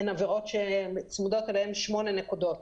הן עבירות שצמודות אליהן שמונה נקודות